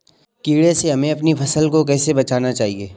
कीड़े से हमें अपनी फसल को कैसे बचाना चाहिए?